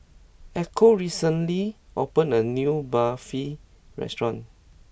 Echo recently opened a new Barfi restaurant